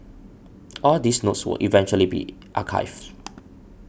all these notes will eventually be archived